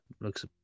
Looks